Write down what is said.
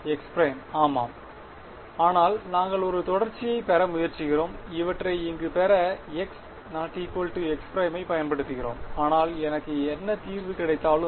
A1x′ ஆமாம் ஆனால் நாங்கள் ஒரு தொடர்ச்சியைப் பெற முயற்சிக்கிறோம் இவற்றை இங்கு பெற x x′ ஐப் பயன்படுத்துகிறோம் ஆனால் எனக்கு என்ன தீர்வு கிடைத்தாலும்